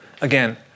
Again